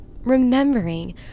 remembering